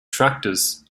tractors